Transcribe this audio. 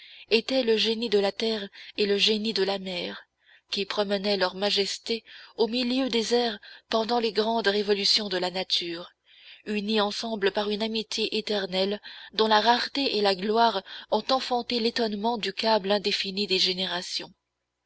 étaient le génie de la terre et le génie de la mer qui promenaient leur majesté au milieu des airs pendant les grandes révolutions de la nature unis ensemble par une amitié éternelle dont la rareté et la gloire ont enfanté l'étonnement du câble indéfini des générations